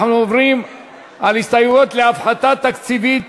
אנחנו עוברים להסתייגויות על הפחתה תקציבית